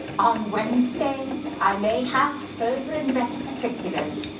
on wednesday, i may have further and better particulars,